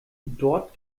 dort